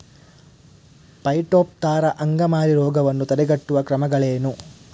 Phytophthora ಅಂಗಮಾರಿ ರೋಗವನ್ನು ತಡೆಗಟ್ಟುವ ಕ್ರಮಗಳೇನು?